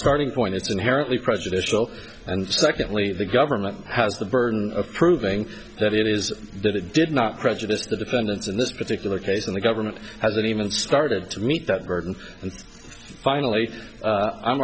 starting point it's inherently prejudicial and secondly the government has the burden of proving that it is that it did not prejudice the defendants in this particular case and the government hasn't even started to meet that burden and finally